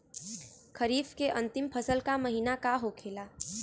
खरीफ के अंतिम फसल का महीना का होखेला?